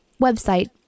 website